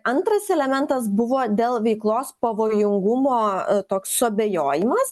antras elementas buvo dėl veiklos pavojingumo toks suabejojimas